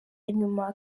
nyuma